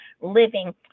Living